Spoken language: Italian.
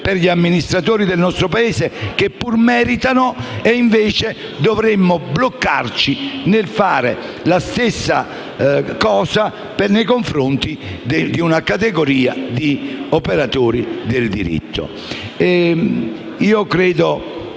per gli amministratori del nostro Paese, che pur meritano, e dovremmo invece bloccarci nel fare lo stesso nei confronti di una categoria di operatori del diritto.